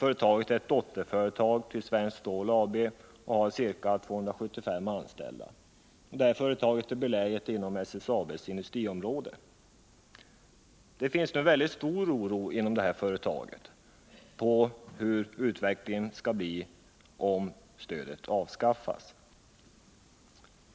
Det är ett dotterföretag till SSAB, har ca 275 anställda och är beläget inom SSAB:s industriområde. Det finns nu inom företaget en väldigt stor oro inför utvecklingen om stödet avskaffas.